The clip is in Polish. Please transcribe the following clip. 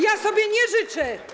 Ja sobie nie życzę.